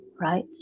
right